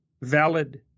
valid